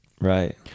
Right